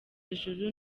ijuru